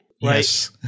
Yes